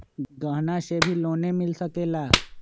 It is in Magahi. गहना से भी लोने मिल सकेला?